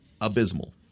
abysmal